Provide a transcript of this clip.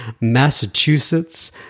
Massachusetts